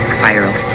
viral